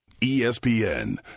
ESPN